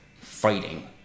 fighting